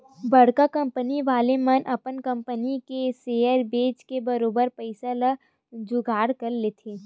बड़का कंपनी वाले मन ह अपन कंपनी के सेयर बेंच के बरोबर पइसा के जुगाड़ कर लेथे